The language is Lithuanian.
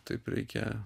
taip reikia